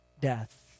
death